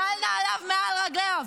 שישיל נעליו מעל רגליו.